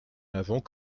n’avons